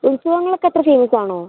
ഉത്സവങ്ങളൊക്കെ അത്ര ഫേമസാണോ